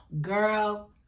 girl